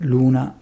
Luna